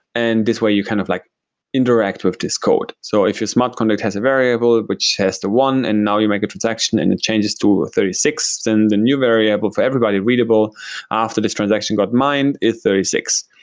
and this way you kind of like interact with this code. so if your smart contract has a variable which has the one and now you make a transaction and it changes to thirty six, then the new variable for everybody readable after this transaction got mined is thirty six.